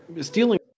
stealing